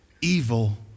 evil